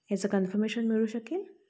ह्याचं कन्फर्मेशन मिळू शकेल